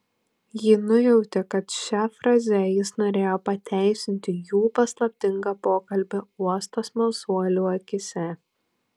ji nujautė kad šia fraze jis norėjo pateisinti jų paslaptingą pokalbį uosto smalsuolių akyse